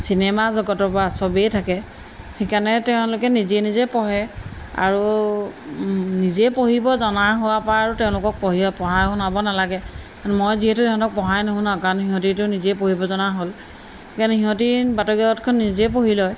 cinema জগতৰ পৰা চবেই থাকে সেইকাৰণে তেওঁলোকে নিজে নিজে পঢ়ে আৰু নিজেই পঢ়িব জনা হোৱা পৰা তেওঁলোকক পঢ়ি পঢ়াই শুনাব নালাগে মই যিহেতু তেওঁলোকক পঢ়াই নুশুনাওঁ কাৰণ সিহঁতিটো নিজেই পঢ়িব জনা হ'ল সেইকাৰণে সিহঁতি বাতৰিকাকতখন নিজেই পঢ়ি লয়